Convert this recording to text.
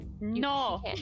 no